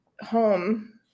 home